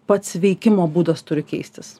pats veikimo būdas turi keistis